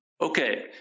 okay